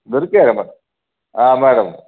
దొరికాడా మరి మ్యాడమ్